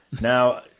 Now